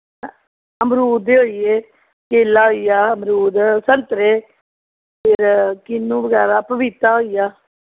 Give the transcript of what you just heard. अमरूद दे होई गे केला होई गेआ अमरूद संतरे फिर किन्नू बगैरा पपीता होई गेआ